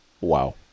Wow